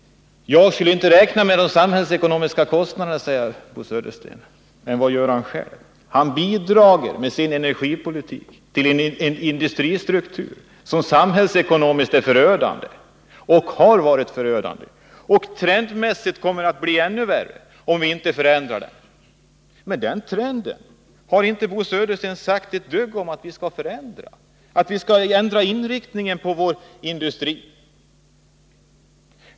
Lars-Ove Hagberg räknar inte med de samhällsekonomiska kostnaderna, sade Bo Södersten. Men vad gör han själv? Jo, med sin energipolitik bidrar han till en industristruktur som samhällsekonomiskt är och har varit förödande och som trendmässigt kommer att bli ännu värre, om vi inte förändrar den. Men Bo Södersten har inte sagt ett ord om att vi skall förändra den trenden, om att vi skall ändra inriktningen på vår industri.